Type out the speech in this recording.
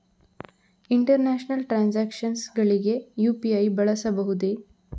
International transactions ಗಳಿಗೆ UPI ಬಳಸಬಹುದೇ?